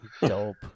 Dope